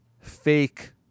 fake